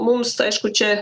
mums aišku čia